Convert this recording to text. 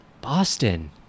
Boston